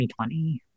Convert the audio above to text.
2020